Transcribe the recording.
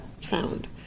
sound